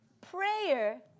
prayer